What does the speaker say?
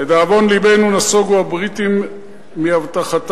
לדאבון לבנו נסוגו הבריטים מהבטחתם,